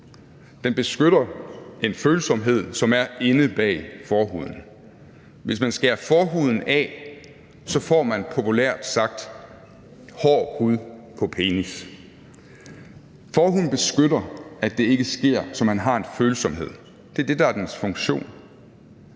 den beskytter en følsomhed, som er inde bag forhuden. Hvis man skærer forhuden af, får man, populært sagt, hård hud på penis. Forhuden beskytter, så det ikke sker, så man har en følsomhed; det er det, der er dens funktion.